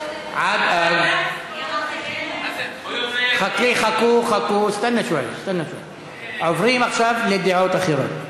אז, חכו, עוברים עכשיו לדעות אחרות.